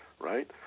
right